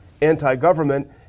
anti-government